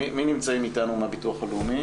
אתה הנציג היחיד של הביטוח הלאומי בדיון?